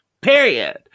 Period